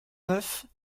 neuf